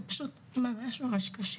זה פשוט ממש קשה.